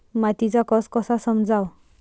मातीचा कस कसा समजाव?